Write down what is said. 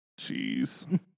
Jeez